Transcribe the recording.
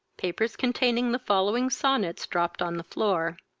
papers containing the following sonnets dropped on the floor.